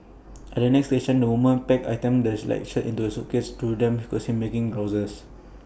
at the next station the women packed items like shirts into A suitcase though some could be heard making grouses